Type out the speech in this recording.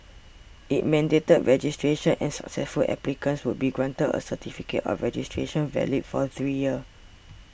it mandated registration and successful applicants would be granted a certificate of registration valid for three years